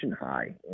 high